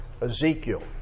Ezekiel